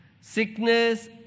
sickness